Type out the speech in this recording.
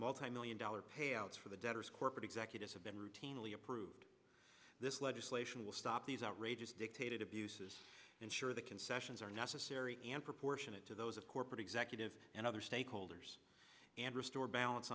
multimillion dollar payouts for the debtors corporate executives have been routinely approved this legislation will stop these outrageous dictated abuses ensure the concessions are necessary and proportionate to those of corporate executive and other stakeholders and restore balance